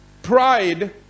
Pride